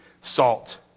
salt